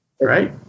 right